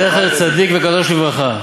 זכר צדיק לברכה,